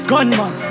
Gunman